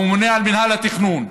הממונה על מינהל התכנון: